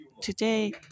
Today